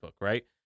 right